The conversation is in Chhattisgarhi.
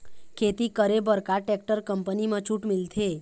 खेती करे बर का टेक्टर कंपनी म छूट मिलथे?